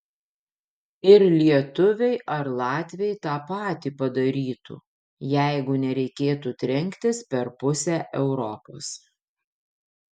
ir lietuviai ar latviai tą patį padarytų jeigu nereikėtų trenktis per pusę europos